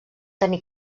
tenir